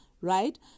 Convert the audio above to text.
right